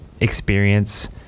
experience